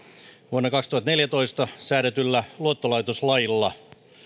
vuonna kaksituhattaneljätoista säädetyllä luottolaitoslailla